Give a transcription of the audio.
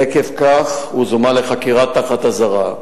עקב כך הוא זומן לחקירה תחת אזהרה.